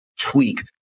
tweak